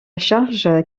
charge